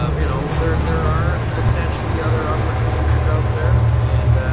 um you know there there are potentially other opportunities out there and